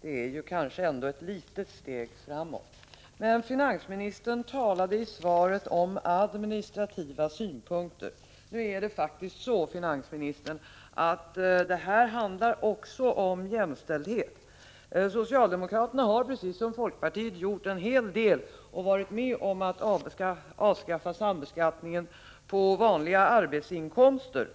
Det innebär kanske ändå ett litet steg framåt. Men finansministern talade i svaret om administrativa synpunkter. Nu är det faktiskt så, finansministern, att det här även handlar om jämställdhet. Socialdemokraterna har, precis som folkpartiet, gjort en hel del och varit med om att avskaffa sambeskattningen på vanliga arbetsinkomster.